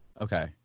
Okay